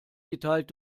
geteilt